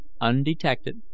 undetected